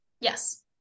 yes